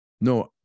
no